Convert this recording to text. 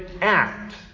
act